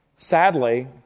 Sadly